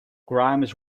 grimes